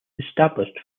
established